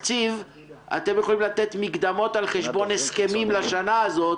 אתם יכולים לתת מקדמות על חשבון הסכמים לשנה הזאת